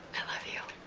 i love you,